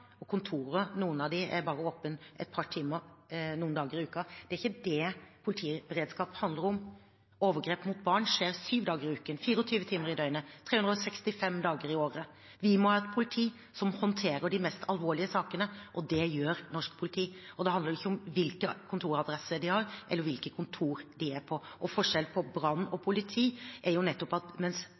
og at noen av kontorene bare har åpent et par timer noen dager i uken. Det er ikke det politiberedskap handler om. Overgrep mot barn skjer syv dager i uken, 24 timer i døgnet, 365 dager i året. Vi må ha et politi som håndterer de mest alvorlige sakene, og det gjør norsk politi. Det handler ikke om hvilken kontoradresse de har, eller hvilket kontor de er på. Forskjellen på brannvesen og politi er jo nettopp at mens